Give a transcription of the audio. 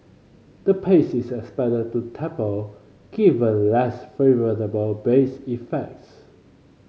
the pace is expected to taper given less favourable base effects